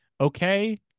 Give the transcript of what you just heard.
okay